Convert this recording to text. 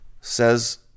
says